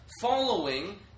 Following